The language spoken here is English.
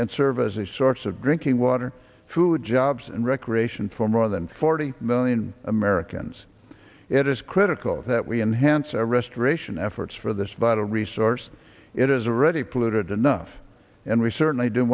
and serve as a source of drinking water food jobs and recreation for more than forty million americans it is critical that we enhance our restoration efforts for this vital resource it is already polluted enough and we certainly do